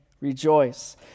rejoice